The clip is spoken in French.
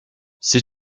sais